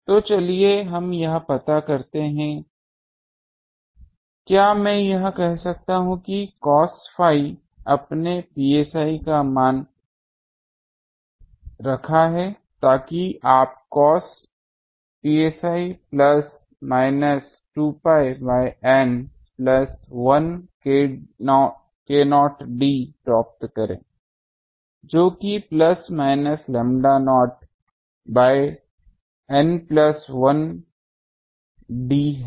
तो चलिए हम यह पता करते हैं क्या मैं कह सकता हूं कि cos phi आपने psi का मान रखा है ताकि आप cos psi plus minus 2 pi by N plus 1 k0d प्राप्त करें जो कि प्लस माइनस लैंबडा नॉट य N प्लस 1 d है